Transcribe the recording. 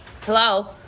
hello